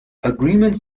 agreements